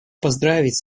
поздравить